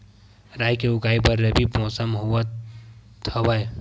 राई के उगाए बर रबी मौसम होवत हवय?